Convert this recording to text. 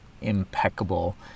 impeccable